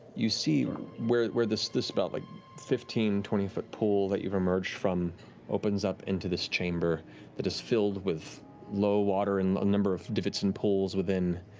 you see um where where this this but like fifteen, twenty foot pool that you've emerged from opens up into this chamber that is filled with low water and a number of divots and pools within.